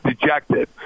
dejected